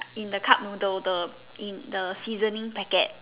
in the cup noodle the in the seasoning packet